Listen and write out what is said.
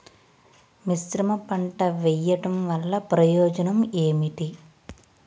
మిశ్రమ పంట వెయ్యడం వల్ల ప్రయోజనం ఏమిటి?